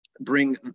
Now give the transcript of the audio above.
bring